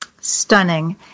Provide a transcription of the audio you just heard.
Stunning